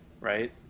right